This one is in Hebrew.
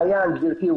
הוא קיים כבר.